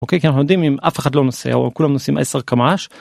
אוקיי אנחנו יודעים אם אף אחד לא נוסע או כולם נוסעים 10 קמ״ש.